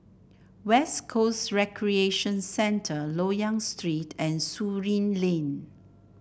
West Coast Recreation Centre Loyang Street and Surin Lane